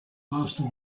master